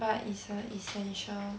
but is a essential